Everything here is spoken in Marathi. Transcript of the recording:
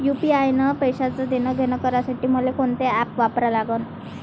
यू.पी.आय न पैशाचं देणंघेणं करासाठी मले कोनते ॲप वापरा लागन?